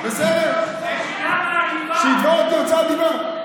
הוא מתגאה בזה, מעליבה.